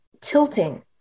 tilting